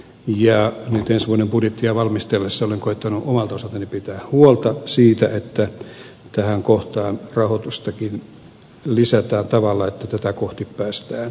nyt ensi vuoden budjettia valmistellessa olen koettanut omalta osaltani pitää huolta siitä että tähän kohtaan rahoitustakin lisätään tavalla että tätä kohti päästään menemään